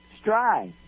Strive